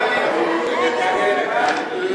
ההצעה להעביר את הצעת חוק לשינוי סדרי